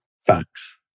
facts